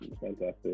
Fantastic